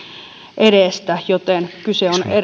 edestä joten kyse on